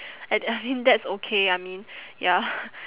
and I mean that's okay I mean ya